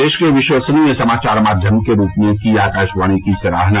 देश के विश्वसनीय समाचार माध्यम के रूप में की आकाशवाणी की सराहना